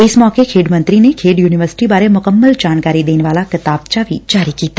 ਇਸ ਮੌਕੇ ਖੇਡ ਮੰਤਰੀ ਨੇ ਖੇਡ ਯੂਨੀਵਰਸਿਟੀ ਬਾਰੇ ਮੁਕੰਮਲ ਜਾਣਕਾਰੀ ਦੇਣ ਵਾਲਾ ਕਿਤਾਬਚਾ ਵੀ ਜਾਰੀ ਕੀਤਾ